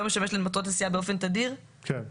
משמש למטרות נסיעה בו באופן תדיר." כן.